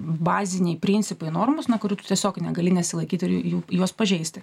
baziniai principai normos na kurių tu tiesiog negali nesilaikyti ir jų juos pažeisti